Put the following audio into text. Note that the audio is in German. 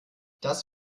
das